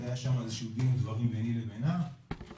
היה שם איזה שהוא דין ודברים ביני ובינה ונחשפתי